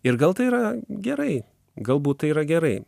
ir gal tai yra gerai galbūt tai yra gerai